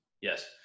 Yes